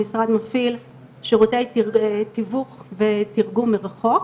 המשרד מפעיל שירותי תיווך ותירגום מרחוק.